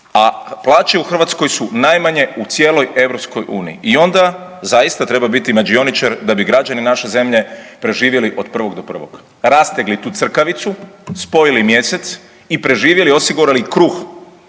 A plaće u Hrvatskoj su najmanje u cijeloj Europskoj uniji i onda zaista treba biti mađioničar da bi građani naše zemlje preživjeli od prvog do prvog, rastegli tu crkavicu, spojili mjesec i preživjeli, osigurali kruh.